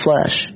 flesh